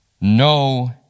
no